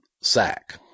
sack